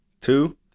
two